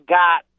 got